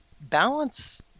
balance